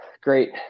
Great